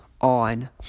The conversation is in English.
on